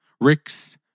Rick's